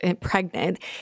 pregnant